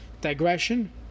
digression